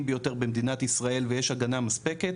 ביותר במדינת ישראל ויש הגנה מספקת.